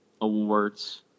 awards